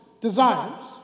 desires